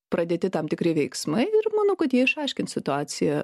pradėti tam tikri veiksmai ir manau kad jie išaiškins situaciją